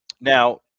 now